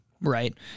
right